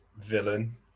villain